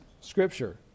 scripture